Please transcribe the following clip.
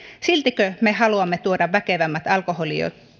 siltikö me haluamme tuoda väkevämmät alkoholijuomat